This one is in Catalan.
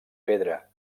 pedra